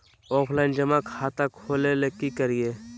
Offline जमा खाता खोले ले की करिए?